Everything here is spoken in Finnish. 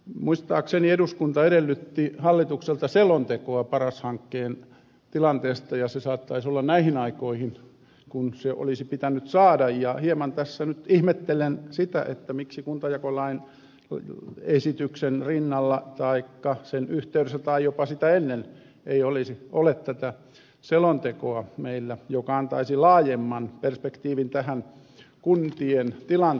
muistaakseni eduskunta edellytti hallitukselta selontekoa paras hankkeen tilanteesta ja se saattaisi olla näihin aikoihin kun se olisi pitänyt saada ja hieman tässä nyt ihmettelen sitä miksi kuntajakolain esityksen rinnalla taikka sen yhteydessä tai jopa sitä ennen ei ole meillä tätä selontekoa joka antaisi laajemman perspektiivin tähän kuntien tilanteeseen